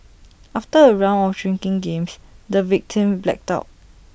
after A round of drinking games the victim blacked out